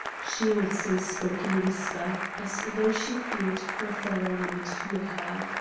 she also spoke in a whisper, as though she feared prothero might hear her.